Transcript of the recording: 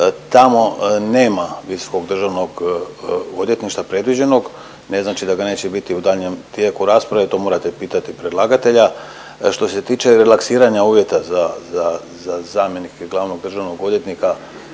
Tamo nema visokog Državnog odvjetništva predviđenog, ne znači da ga neće biti u daljnjem tijeku rasprave. To morate pitati predlagatelja. Što se tiče relaksiranja uvjeta za zamjenike glavnog državnog odvjetnika